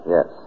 Yes